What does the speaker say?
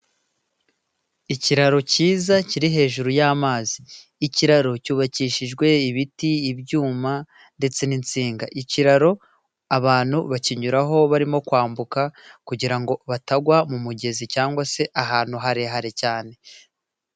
Ikiraro cyiza kiri hejuru y'amazi. Ikiraro cyubakishijwe ibiti, ibyuma ndetse n'insinga. Ikiraro abantu bakinyuraho barimo kwambuka kugirango batagwa mu mugezi cyangwa se ahantu harehare cyane.